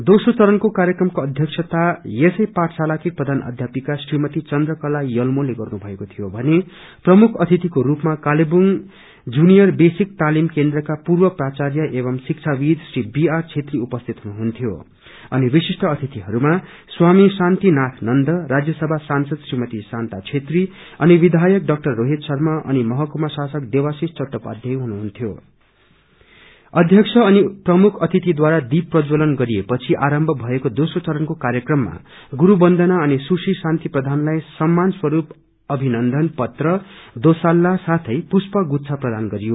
दोम्रो चरणाको कार्यक्रमको अध्यक्षता यसै पाठशालाकी प्रधान अध्यापिका श्रीमती चन्द्रकला यल्मोले गर्नु भएको थियो भने प्रमुख अतिथिको स्पमा कालेवुङ जुनियर बेसिक तालिम केनद्रका पूर्व प्राच्यय एवं शिक्षाविद श्री बीआर छेत्री उपसिीत हुनुहुन्थ्यो अनि विशिष्ट अतिथिहरूमा श्रीमती शान्ता छेत्री अनि विधयक रोहित शर्मा अनि महककुमा शासक देवाशीष चट्टोपाध्याय हुनुहुन्थ्यो अध्यिक्ष अनि प्रमुख अतिथद्वारा दीप प्रज्ज्वलन गरिएपछि आरम्भ भएको दोम्रो चरणको कार्यक्रममा शुरू बन्दना अनि सुश्री शान्ति प्रधानलाई सम्मान स्वरूप अभिनन्दन पत्र दोसल्ला साथै पुष्ट गुव्छा प्रदान गरियो